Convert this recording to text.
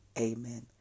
Amen